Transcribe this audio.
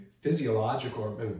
physiological